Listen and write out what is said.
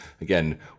again